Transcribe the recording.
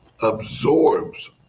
absorbs